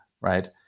right